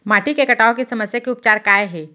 माटी के कटाव के समस्या के उपचार काय हे?